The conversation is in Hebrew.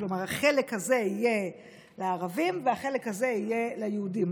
כלומר החלק הזה יהיה לערבים והחלק הזה יהיה ליהודים,